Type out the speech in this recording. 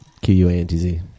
Q-U-A-N-T-Z